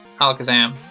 Alakazam